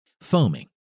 Foaming